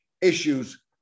issues